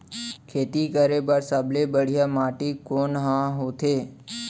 खेती करे बर सबले बढ़िया माटी कोन हा होथे?